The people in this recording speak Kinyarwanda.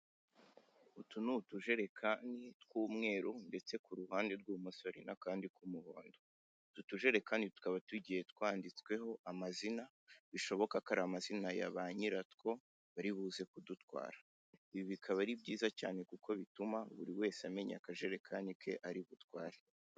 Utu ni utujerekani tw'umweru ndetse ku ruhande rw'ibumoso hari n'akandi ku muhondo. Utu tujerekani tukaba tugiye twanditsweho amazina bishoboka ko ari amazina ya banyiratwo bari buze kudutwara, ibi bikaba ari byiza cyane kuko bituma buri wese amenya akajerekani ke ari butware.